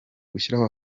gushyiraho